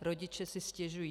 Rodiče si stěžují.